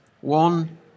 One